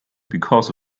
because